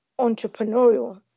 entrepreneurial